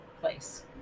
place